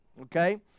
okay